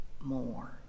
more